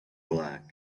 black